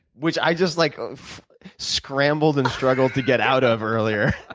which i just like scrambled and struggled to get out of earlier,